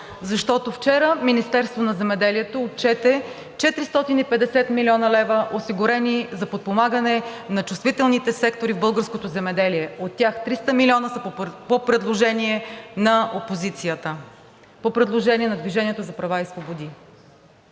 защото вчера Министерството на земеделието отчете 450 млн. лв., осигурени за подпомагане на чувствителните сектори в българското земеделие, от тях 300 милиона са по предложение на опозицията, по предложение на „Движение за права и свободи“.